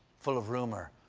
full of rumor,